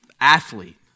athlete